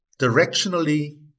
directionally